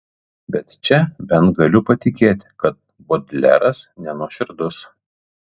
bet čia bent galiu patikėti kad bodleras nenuoširdus